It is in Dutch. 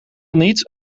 niet